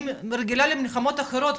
אני רגילה למלחמות אחרות,